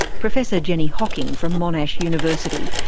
professor jenny hocking, from monash university.